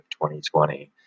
2020